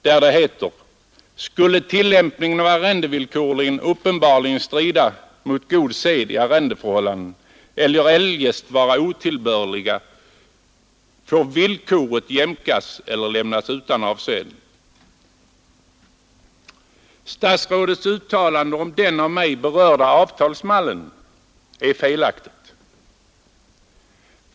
Där heter det: ”Skulle tillämpningen av arrendevillkoren uppenbarligen strida mot god sed i arrendeförhållanden eller eljest vara otillbörlig får villkoret jämkas eller lämnas utan avseende.” Statsrådets uttalande om den av mig berörda avtalsmallen är felaktigt.